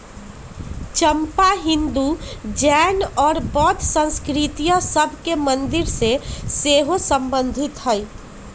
चंपा हिंदू, जैन और बौद्ध संस्कृतिय सभ के मंदिर से सेहो सम्बन्धित हइ